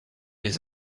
les